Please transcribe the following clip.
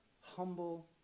humble